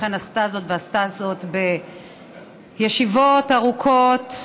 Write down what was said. ועשתה זאת בישיבות ארוכות,